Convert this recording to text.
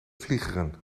vliegeren